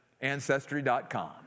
Ancestry.com